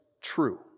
true